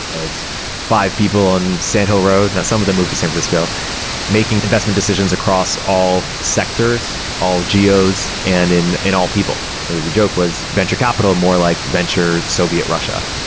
it's fi ve people on sand hill road. and some of them moved in san francisco making investment decisions across all sectors, all geos and in in all people. so the the joke was venture capital more like venture soviet russia.